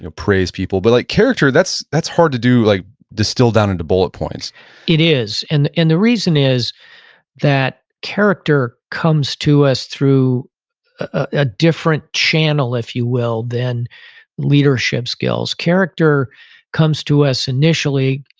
praise people. but like character, that's that's hard to do, like distill down into bullet points it is. and and the reason is that character comes to us through a different channel, if you will, than leadership skills. character comes to us initially,